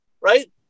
right